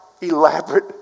elaborate